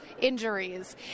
injuries